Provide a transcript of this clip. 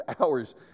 hours